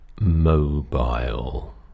mobile